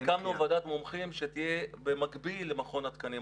הקמנו ועדת מומחים שתהיה במקביל למכון התקנים.